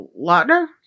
lautner